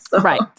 Right